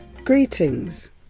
Greetings